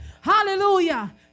Hallelujah